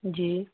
جی